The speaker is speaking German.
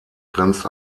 grenzt